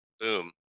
Boom